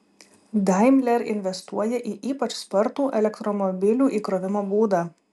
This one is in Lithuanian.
daimler investuoja į ypač spartų elektromobilių įkrovimo būdą